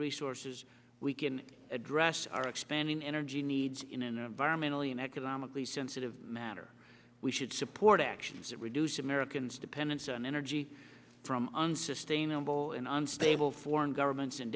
resources we can address our expanding energy needs in an environmentally and economically sensitive matter we should support actions that reduce americans dependence on energy from unsustainable in unstable foreign governments and